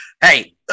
Hey